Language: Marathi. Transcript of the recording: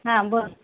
हां बोल